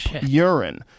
urine